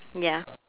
ya